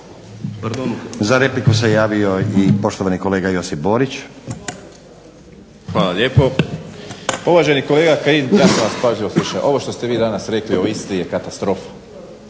Za repliku se javio i poštovani kolega Josip Borić. **Borić, Josip (HDZ)** Hvala lijepo. Uvaženi kolega Kajin, ja sam vas pažljivo slušao. Ovo što ste vi danas rekli o Istri je katastrofa.